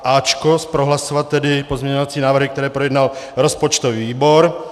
A prohlasovat tedy pozměňovací návrhy, které projednal rozpočtový výbor.